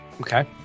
Okay